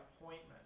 appointment